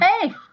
Hey